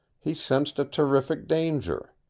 he sensed a terrific danger.